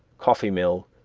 coffee-mill,